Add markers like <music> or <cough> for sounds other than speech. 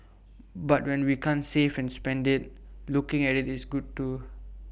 <noise> but when we can't save and spend IT looking at IT is good too